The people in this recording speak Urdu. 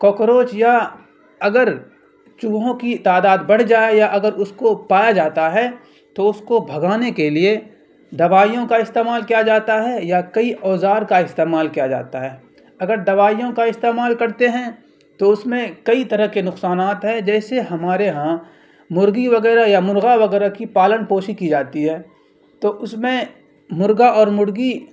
کاکروچ یا اگر چوہوں کی تعداد بڑھ جائے یا اگر اس کو پایا جاتا ہے تو اس کو بھگانے کے لیے دوائیوں کا استعمال کیا جاتا ہے یا کئی اوزار کا استعمال کیا جاتا ہے اگر دوائیوں کا استعمال کرتے ہیں تو اس میں کئی طرح کے نقصانات ہیں جیسے ہمارے یہاں مرغی وغیرہ یا مرغا وغیرہ کی پالن پوشی کی جاتی ہے تو اس میں مرغا اور مرغی